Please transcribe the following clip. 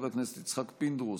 חבר הכנסת יצחק פינדרוס,